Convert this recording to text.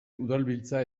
udalbiltza